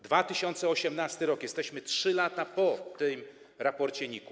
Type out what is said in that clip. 2018 r. Jesteśmy 3 lata po tym raporcie NIK-u.